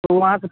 तो वहाँ से